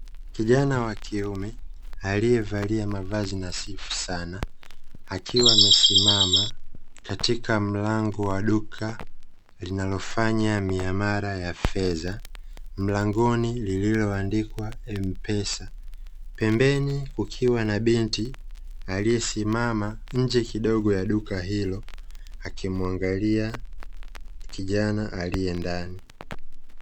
Kijana wa kiume, aliyevalia mavazi nadhifu sana, akiwa amesimama katika mlango wa duka, linalofanya miamala ya fedha. Mlangoni lililoandikwa ''m-pesa'', pembeni kukiwa na binti aliyesimama, nje kidogo ya duka hilo, akimwangalia kijana aliye ndani.